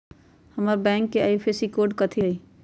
हमर बैंक के IFSC code कथि हई?